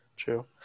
true